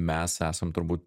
mes esam turbūt